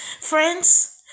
Friends